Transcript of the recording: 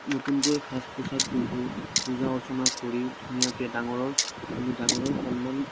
নতুনকৈ সাজ পোছাক পিন্ধো পূজা অৰ্চনা কৰি ধুনীয়াকৈ ডাঙৰৰ আমি ডাঙৰক সন্মান